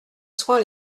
soins